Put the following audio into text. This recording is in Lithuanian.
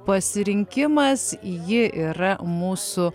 pasirinkimas ji yra mūsų